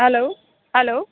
hello hello